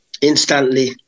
instantly